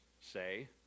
say